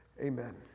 Amen